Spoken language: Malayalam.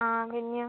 ആ പിന്നെയോ